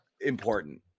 important